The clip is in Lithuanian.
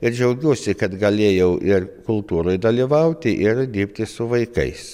ir džiaugiuosi kad galėjau ir kultūroj dalyvauti ir dirbti su vaikais